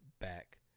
back